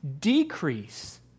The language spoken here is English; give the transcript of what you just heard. decrease